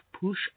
push